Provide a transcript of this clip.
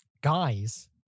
guys